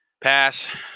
Pass